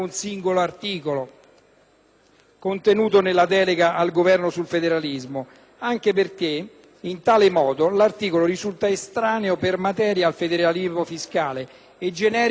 contenuto nella delega al Governo sul federalismo, anche perché in tal modo l'articolo risulta estraneo per materia al federalismo fiscale e generico nella sua formulazione.